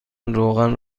روغن